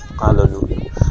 Hallelujah